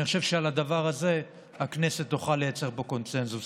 אני חושב שעל הדבר הזה הכנסת תוכל לייצר פה קונסנזוס.